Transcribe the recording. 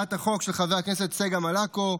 הצעת חוק של חברת הכנסת צגה מלקו,